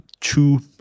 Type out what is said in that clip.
Two